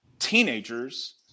Teenagers